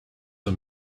are